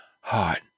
heart